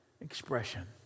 expression